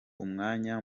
umwanya